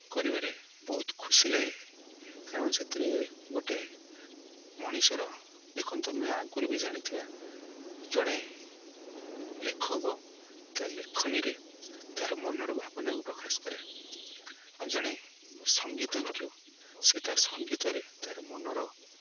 କରିବାରେ ବହୁତ ଖୁସି ଲାଗେ କାରଣ ସେଥିରେ ଗୋଟେ ମଣିଷର ଦେଖନ୍ତୁ ଆମେ ଆଗରୁ ବି ଜାଣିଥିବା ଜଣେ ଲେଖକ ତା ଲେଖନୀରେ ତା'ର ମନର ଭାବନାକୁ ପ୍ରକାଶ କରେ ଆଉ ଜଣେ ସଙ୍ଗୀତଜ୍ଞ ସେ ତା ସଙ୍ଗୀତରେ ତା'ର ମନର